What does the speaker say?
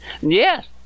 Yes